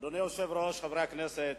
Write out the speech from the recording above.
אדוני היושב-ראש, חברי הכנסת,